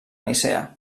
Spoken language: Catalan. nicea